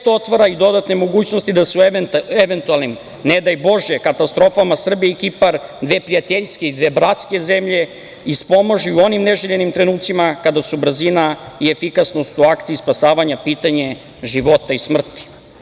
Sve to otvara i dodatne mogućnosti da se u eventualnim, ne daj Bože, katastrofama, Srbija i Kipar, dve prijateljske i dve bratske zemlje, ispomažu u onim neželjenim trenucima kada su brzina i efikasnost u akciji spasavanja pitanje života i smrti.